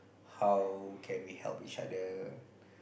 how can we help each other